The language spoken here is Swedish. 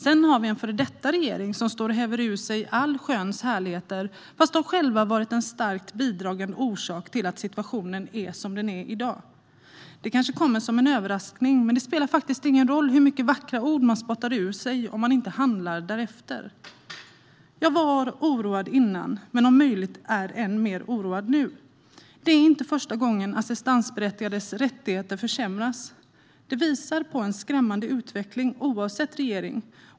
Sedan har vi en före detta regeringssida som står och häver ur sig allsköns härligheter, fast de själva varit en starkt bidragande orsak till att situationen är som den är i dag. Det kanske kommer som en överraskning, men det spelar faktiskt ingen roll hur mycket vackra ord man spottar ur sig om man inte handlar därefter. Jag var oroad före debatten men är om möjligt än mer oroad nu. Det är inte första gången assistansberättigades rättigheter försämras. Det visar på en skrämmande utveckling, oavsett regering.